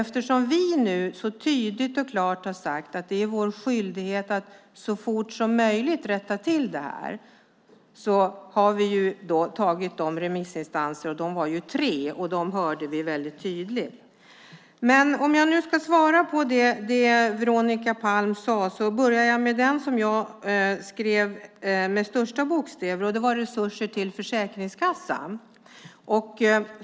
Eftersom vi nu så tydligt och klart har sagt att det är vår skyldighet att så fort som möjligt rätta till det här har vi mycket noggrant hört de tre remissinstanserna. Om jag nu ska svara på Veronica Palms frågor börjar jag med den som jag skrev ned med största bokstäver, nämligen resurser till Försäkringskassan.